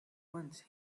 once